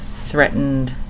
threatened